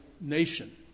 nation